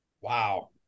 Wow